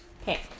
Okay